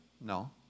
No